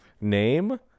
Name